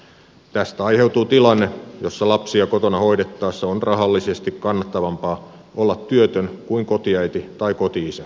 tästä aiheutuu tilanne jossa lapsia kotona hoidettaessa on rahallisesti kannattavampaa olla työtön kuin kotiäiti tai koti isä